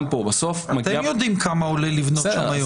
אתם יודעים כמה עולה לבנות שם היום.